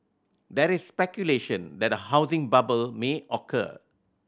there is speculation that a housing bubble may occur